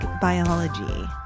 biology